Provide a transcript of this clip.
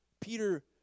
Peter